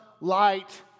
light